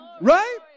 right